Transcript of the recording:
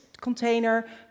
container